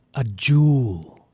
a jewel.